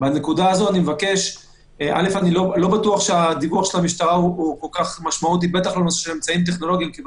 בדרך של היוועדות חזותית בשל מניעה טכנית בלתי צפויה,